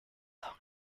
long